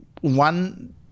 one